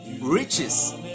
riches